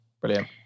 Brilliant